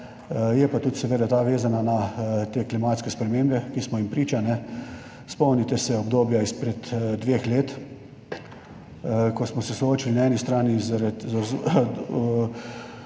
je pa tudi ta seveda vezana na te klimatske spremembe, ki smo jim priča. Spomnite se obdobja izpred dveh let, ko smo se soočili na eni strani